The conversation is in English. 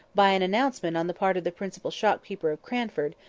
by an announcement on the part of the principal shopkeeper of cranford,